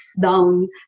down